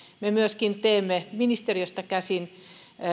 me myöskin teemme ministeriöstä käsin